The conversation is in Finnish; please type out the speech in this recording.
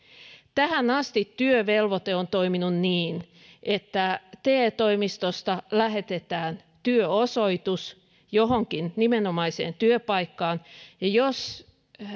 tähän asti työvelvoite on toiminut niin että te toimistosta lähetetään työosoitus johonkin nimenomaiseen työpaikkaan ja jos